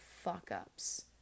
fuck-ups